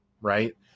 Right